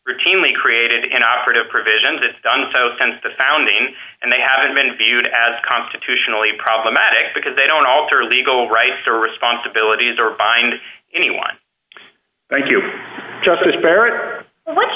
routinely created inoperative provisions it's done so since the founding and they haven't been viewed as constitutionally problematic because they don't alter legal rights or responsibilities or bind anyone thank you just as per what